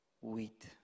wheat